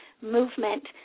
movement